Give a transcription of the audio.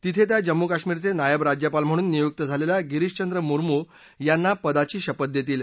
तिथे त्या जम्मू काश्मीरचे नायब राज्यपाल म्हणून नियुक्त झालेल्या गिरीशचंद्र मुस्मू यांना पदाची शपथ देतील